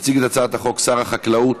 יציג את הצעת החוק שר החקלאות